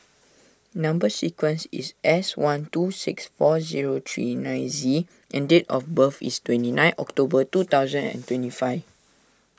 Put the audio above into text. Number Sequence is S one two six four zero three nine Z and date of birth is twenty nine October two thousand and twenty five